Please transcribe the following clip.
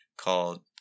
called